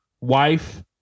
wife